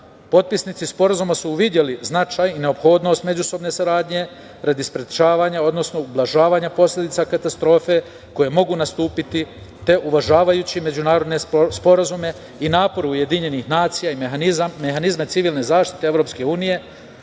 Potpisnici sporazuma su videli značaj i neophodnost međusobne saradnje radi sprečavanja, odnosno ublažavanja posledica katastrofe koje mogu nastupiti, te uvažavajući te međunarodne sporazume i napor UN i mehanizme civilne zaštite EU